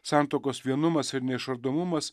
santuokos vienumas ir neišardomumas